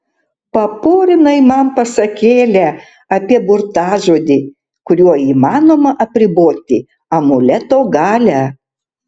paporinai man pasakėlę apie burtažodį kuriuo įmanoma apriboti amuleto galią